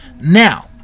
Now